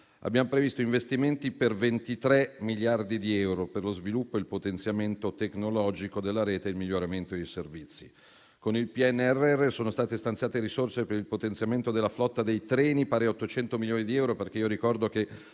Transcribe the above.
abbiamo previsto investimenti per 23 miliardi di euro per lo sviluppo e il potenziamento tecnologico della rete e il miglioramento dei servizi. Con il PNRR sono state stanziate risorse per il potenziamento della flotta dei treni pari 800 milioni di euro. Ricordo infatti che